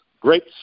great